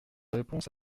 réponse